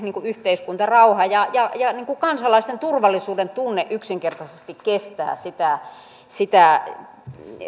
yhteiskuntarauha ja ja kansalaisten turvallisuudentunne yksinkertaisesti kestävät sitä sitä